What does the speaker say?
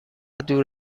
دور